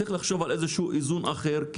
כן צריך לחשוב על איזשהו איזון אחר,